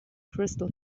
crystal